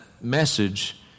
message